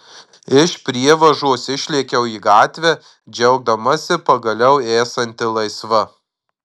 iš prievažos išlėkiau į gatvę džiaugdamasi pagaliau esanti laisva